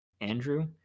Andrew